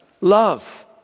love